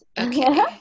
okay